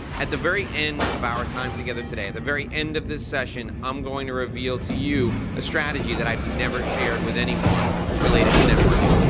at the very end of our time together today, at the very end of this session, i'm going to reveal to you a strategy that i've never shared with anyone related to networking.